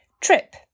Trip